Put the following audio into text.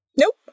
Nope